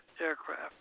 aircraft